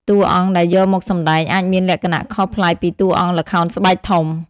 តួអង្គដែលយកមកសម្តែងអាចមានលក្ខណៈខុសប្លែកពីតួអង្គល្ខោនស្បែកធំ។